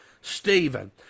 Stephen